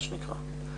מה שנקרא.